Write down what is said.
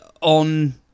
on